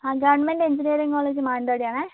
ആ government engineering college മാനന്തവാടിയാണ്